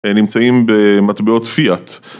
נמצאים במטבעות פיאט